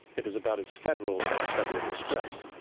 it is about as federal as federal express.